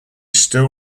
still